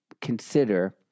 consider